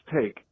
take